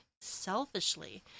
selfishly